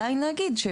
אני עדיין אגיד,